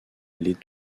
les